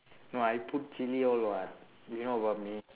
no I put chilli all what you know about me